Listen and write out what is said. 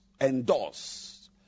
endorsed